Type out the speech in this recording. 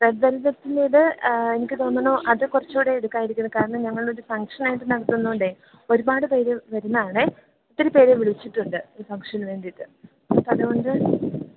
red വെല്വറ്റിന്റെത് എനിക്ക് തോന്നുന്നു അത് കുറച്ചുകൂടെ എടുക്കായിരിക്കുമെന്ന് കാരണം ഞങ്ങളൊരു ഫംഗ്ഷനായിട്ട് നടത്തുന്നതുകൊണ്ടെ ഒരുപാട് പേര് വരുന്നത് ആണേ ഒത്തിരി പേരെ വിളിച്ചിട്ടുണ്ട് ഈ ഫംഗ്ഷന് വേണ്ടിയിട്ട് അപ്പം അതുകൊണ്ട്